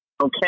Okay